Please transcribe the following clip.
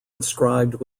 inscribed